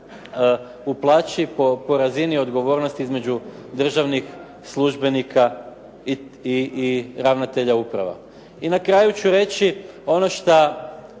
u plaći po razini odgovornosti između državnih službenika i ravnatelja uprava. I na kraju ću reći ono o